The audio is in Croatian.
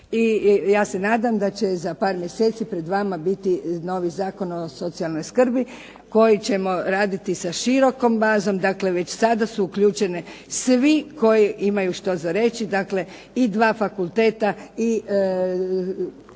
Ja se nadam da će za par mjeseci pred vama biti novi Zakon o socijalnoj skrbi koji ćemo raditi sa širokom bazom, dakle već sada su uključeni svi koji imaju što za reći, i dva fakulteta i